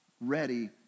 ready